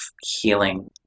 healing